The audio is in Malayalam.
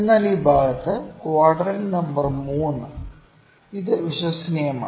എന്നാൽ ഈ ഭാഗത്ത് ക്വാഡ്രന്റ് നമ്പർ 3 ഇത് വിശ്വസനീയമാണ്